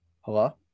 Hello